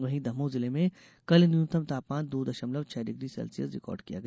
वहीं दमोह जिले में कल न्यूनतम तापमान दो दशमलव छह डिग्री सेल्सियस रिकार्ड किया गया